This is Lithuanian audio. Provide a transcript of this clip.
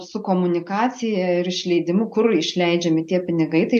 su komunikacija ir išleidimu kur išleidžiami tie pinigai tai